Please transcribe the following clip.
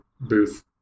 booth